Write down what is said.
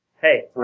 Hey